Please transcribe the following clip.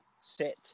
set